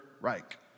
Reich